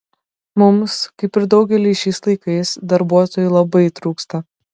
mums kaip ir daugeliui šiais laikais darbuotojų labai trūksta